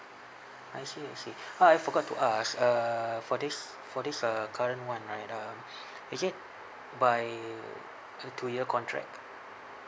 I see I see oh I forgot to ask uh for this for this uh current one right uh is it by two two year contract